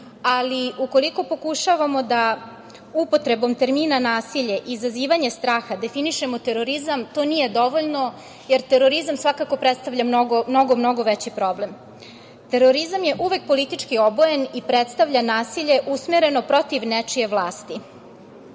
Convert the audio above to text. Ukoliko pokušavamo da upotrebom termina nasilje, izazivanje straha definišemo terorizma, to nije dovoljno jer terorizam svakako predstavlja mnogo veći problem. Terorizam je uvek politički obojen i predstavlja nasilje usmereno protiv nečije vlasti.